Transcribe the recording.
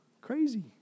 crazy